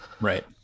right